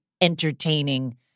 entertaining